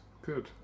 Good